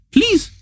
Please